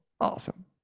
awesome